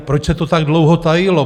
Proč se to tak dlouho tajilo?